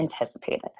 anticipated